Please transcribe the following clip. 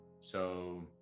So-